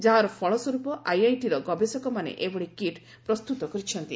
ଯାହାର ଫଳସ୍ୱର୍ପ ଆଇଆଇଟିର ଗବେଷକମାନେ ଏଭଳି କିଟ୍ ପ୍ରସ୍ତୁତ କରିଚ୍ଛନ୍ତି